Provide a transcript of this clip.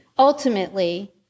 Ultimately